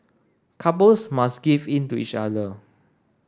couples must give in to each other